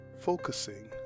Focusing